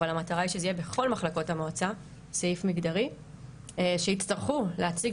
אבל המטרה היא שזה יהיה בכל מחלקות המועצה סעיף מגדרי שיצטרכו להציג